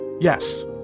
Yes